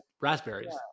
raspberries